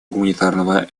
гуманитарного